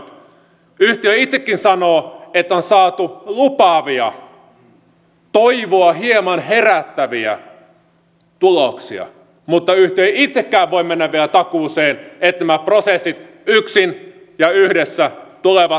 yhtiö itsekin sanoo että on saatu lupaavia hieman toivoa herättäviä tuloksia mutta yhtiö ei itsekään voi mennä vielä takuuseen että nämä prosessit yksin ja yhdessä tulevat toimimaan